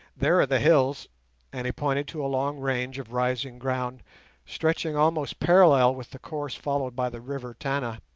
there are the hills and he pointed to a long range of rising ground stretching almost parallel with the course followed by the river tana,